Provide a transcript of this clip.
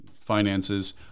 finances